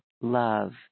love